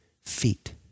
feet